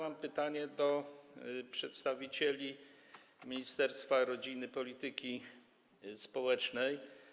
Mam pytanie do przedstawicieli ministerstwa rodziny i polityki społecznej.